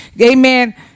amen